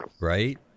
right